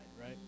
right